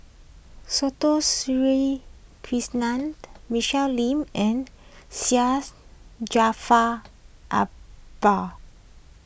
Sri Krishna Michelle Lim and Syed Jaafar Albar